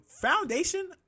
foundation